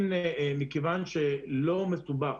מכיוון שלא מסובך